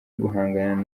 guhangana